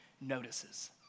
notices